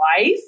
life